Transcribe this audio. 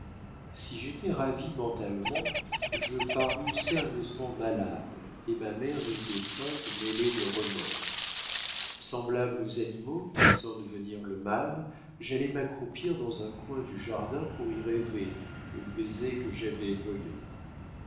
si j'étais ravi mentalement je parus sérieusement malade et ma mère eut des craintes mêlées de remords semblable aux animaux qui sentent venir le mal j'allai m'accroupir dans un coin du jardin pour y rêver au baiser que j'avais volé